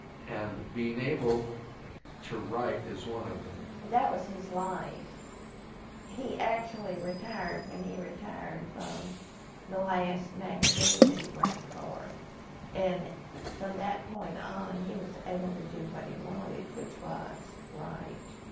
and being able to write is one of them. that was his life he actually retired when he retired from the last magazine that he worked for and from that point on he was able to do what he wanted which was write